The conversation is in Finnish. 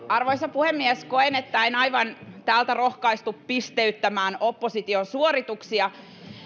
arvoisa puhemies koen että en aivan täältä rohkaistu pisteyttämään opposition suorituksia